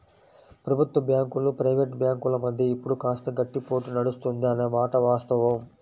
ప్రభుత్వ బ్యాంకులు ప్రైవేట్ బ్యాంకుల మధ్య ఇప్పుడు కాస్త గట్టి పోటీ నడుస్తుంది అనే మాట వాస్తవం